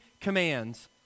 commands